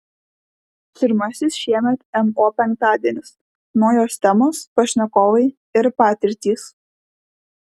pirmasis šiemet mo penktadienis naujos temos pašnekovai ir patirtys